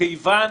מכיוון